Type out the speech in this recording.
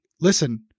listen